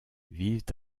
vivent